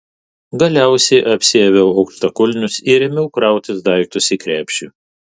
galiausiai apsiaviau aukštakulnius ir ėmiau krautis daiktus į krepšį